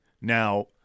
Now